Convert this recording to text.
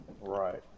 Right